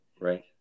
right